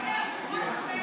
בסלפי.